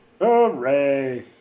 Hooray